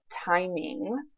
timing